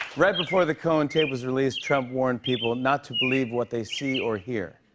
right before the cohen tape was released, trump warned people not to believe what they see or hear.